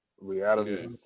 Reality